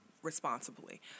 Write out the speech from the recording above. responsibly